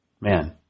man